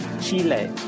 Chile